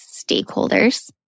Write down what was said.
stakeholders